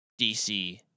DC